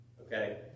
okay